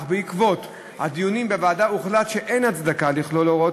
אך בעקבות הדיונים בוועדה הוחלט שאין הצדקה לכלול הוראות